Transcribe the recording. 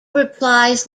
replies